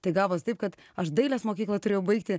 tai gavos taip kad aš dailės mokyklą turėjau baigti